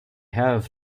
have